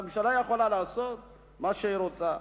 הממשלה יכולה לעשות מה שהיא רוצה.